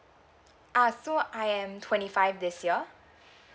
ah so I am twenty five this year